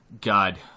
God